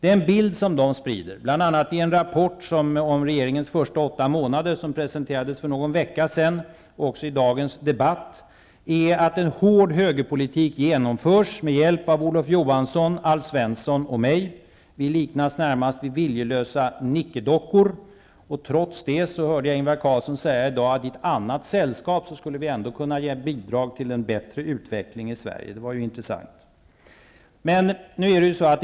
Den bild som de sprider, bl.a. i en rapport om regeringens åtta första månader, som presenterades för någon vecka sedan, liksom i dagens debatt, är att en hård högerpolitik genomförs med hjälp av Olof Johansson, Alf Svensson och mig. Vi liknas närmast vid viljelösa nickedockor. Trots det hörde jag Ingvar Carlsson säga i dag att i ett annat sällskap skulle vi ändå kunna bidra till en bättre utveckling i Sverige. Det var ju intressant.